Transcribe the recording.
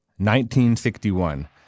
1961